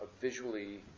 visually